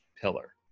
pillar